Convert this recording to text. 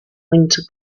winter